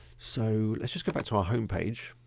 so let's just go back to our homepage.